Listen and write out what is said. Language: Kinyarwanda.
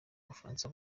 bufaransa